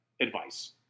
advice